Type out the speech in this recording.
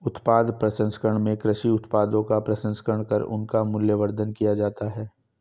उत्पाद प्रसंस्करण में कृषि उत्पादों का प्रसंस्करण कर उनका मूल्यवर्धन किया जाता है